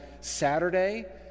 Saturday